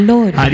Lord